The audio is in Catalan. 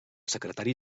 secretari